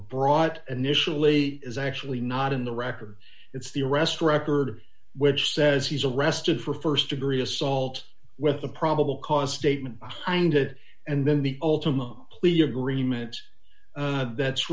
brought initially is actually not in the record it's the arrest record which says he's arrested for st degree assault with a probable cause statement behind it and then the ultimate plea agreement that's